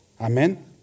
Amen